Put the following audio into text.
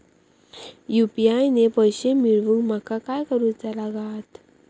UPI ने पैशे मिळवूक माका काय करूचा लागात?